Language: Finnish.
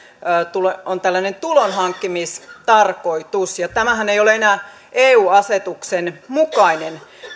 on tällainen tulonhankkimistarkoitus ja tämähän ei ole enää eu asetuksen mukainen